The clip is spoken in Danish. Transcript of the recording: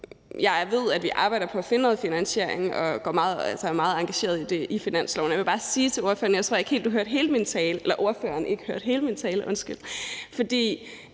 jeg ved, at vi arbejder på at finde noget finansiering – og er meget engagerede i det – på finansloven. Og jeg vil bare sige til ordføreren, at jeg ikke tror, ordføreren